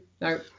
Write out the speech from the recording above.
no